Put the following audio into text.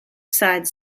sides